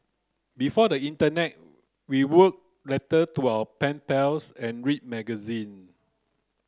before the internet we wrote letter to our pen pals and read magazine